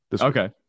Okay